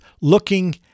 looking